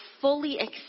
fully